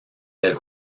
del